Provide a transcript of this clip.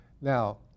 Now